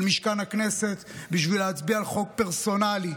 משכן הכנסת בשביל להצביע על חוק פרסונלי,